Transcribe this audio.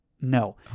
no